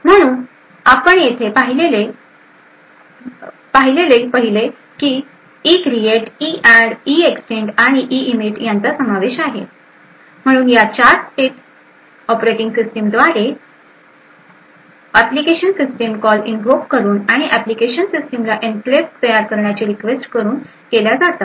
म्हणूनच आपण येथे पहिले पाहिलेले ECREATE EADD EEXTEND आणि EINIT यांचा समावेश आहे म्हणून या 4 स्टेप्स ऑपरेटिंग सिस्टीम द्वारे एप्लीकेशन सिस्टीम कॉल इनव्होक करून आणि एप्लीकेशन सिस्टीमला एन्क्लेव तयार करण्याची रिक्वेस्ट करून केल्या जातात